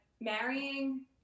marrying